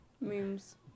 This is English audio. memes